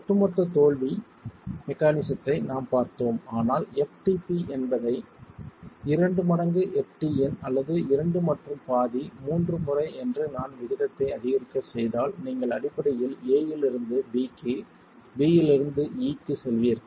ஒட்டுமொத்த தோல்வி மெக்கானிசத்தை நாம் பார்த்தோம் ஆனால் ftp என்பதை இரண்டு மடங்கு ftn அல்லது 2 மற்றும் பாதி 3 முறை என்று நான் விகிதத்தை அதிகரிக்கச் செய்தால் நீங்கள் அடிப்படையில் a இலிருந்து b க்கு b ல் இருந்து e க்கு செல்வீர்கள்